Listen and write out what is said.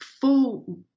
full